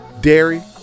dairy